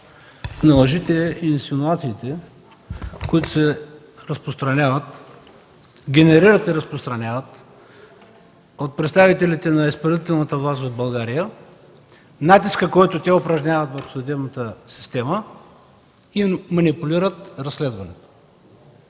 на лъжите и инсинуациите, които се генерират и разпространяват от представителите на изпълнителната власт в България, натискът, който те упражняват върху съдебната система, и манипулират разследването.